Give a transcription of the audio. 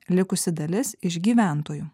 likusi dalis iš gyventojų